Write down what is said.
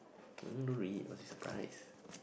don't read must be surprised